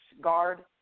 guard